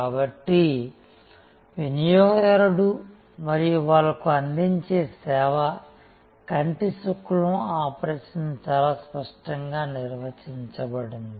కాబట్టి వినియోగదారుడు మరియు వాళ్లకు అందించే సేవ కంటిశుక్లం ఆపరేషన్ చాలా స్పష్టంగా నిర్వచించబడింది